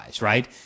right